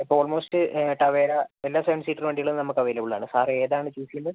അപ്പോൾ almost Tavera എല്ലാ seven seater വണ്ടികളും നമുക്കവൈലബിളാണ് സാർ ഏതാണ് ചൂസ് ചെയ്യുന്നത്